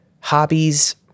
hobbies